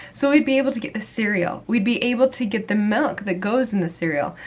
so, we'd be able to get the cereal. we'd be able to get the milk that goes in the cereal.